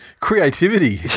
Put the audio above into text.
creativity